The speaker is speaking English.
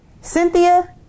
Cynthia